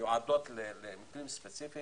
המתנה